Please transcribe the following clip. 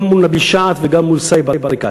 גם מול נביל שעת וגם מול סאיב עריקאת.